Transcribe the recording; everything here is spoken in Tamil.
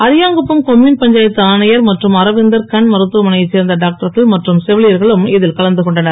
அரியாங்குப்பம் கொம்யூன் பஞ்சாயத்து ஆணையர் மற்றும் அரவிந்தர் கண் மருத்துவமனையைச் சேர்ந்த டாக்டர்கள் மற்றும் செவிலியர்களும் இதில் கலந்து கொண்டனர்